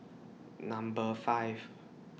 Number five